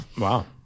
Wow